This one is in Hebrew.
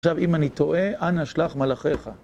עכשיו, אם אני טועה, אנא שלח מלאכיך.